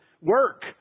work